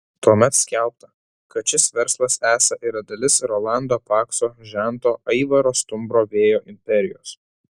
tuomet skelbta kad šis verslas esą yra dalis rolando pakso žento aivaro stumbro vėjo imperijos